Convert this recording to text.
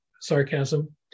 sarcasm